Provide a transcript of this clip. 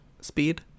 speed